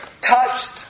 touched